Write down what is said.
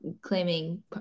claiming